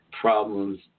problems